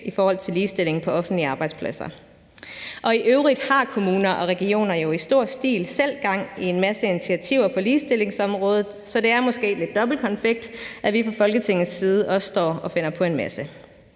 i forhold til ligestilling på offentlige arbejdspladser. I øvrigt har kommuner og regioner jo i stor stil selv gang i en masse initiativer på ligestillingsområdet, så det er måske lidt dobbeltkonfekt, at vi fra Folketingets side også står og finder på en masse.